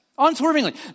Unswervingly